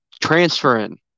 transferring